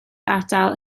ardal